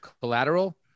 collateral